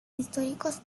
históricos